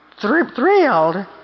thrilled